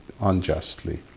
unjustly